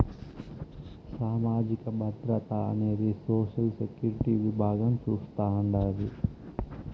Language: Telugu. సామాజిక భద్రత అనేది సోషల్ సెక్యూరిటీ విభాగం చూస్తాండాది